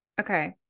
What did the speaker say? Okay